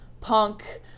punk